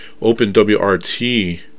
OpenWRT